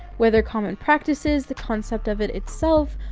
whether common practices, the concept of it itself,